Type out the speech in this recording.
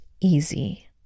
easy